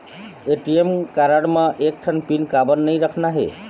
ATM card म एक ठन पिन काबर नई रखना हे?